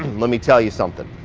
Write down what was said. let me tell you something.